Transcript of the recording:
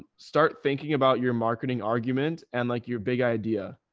start thinking about your marketing argument and like your big idea,